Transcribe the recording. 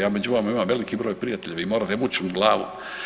Ja među vama imam veliki broj prijatelja, vi morate ući u glavu.